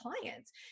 clients